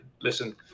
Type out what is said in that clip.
Listen